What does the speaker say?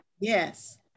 Yes